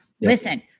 listen-